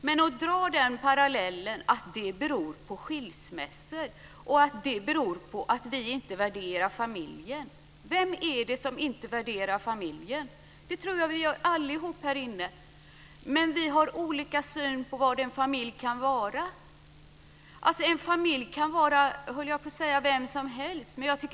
Men man kan inte dra slutsatsen att det beror på skilsmässor och att de beror på att vi inte värderar familjen. Vem är det som inte värderar familjen? Det tror jag att vi allihop här inne gör. Men vi har olika syn på vad en familj kan vara. Vem som helst kan vara en familj, höll jag på att säga.